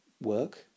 work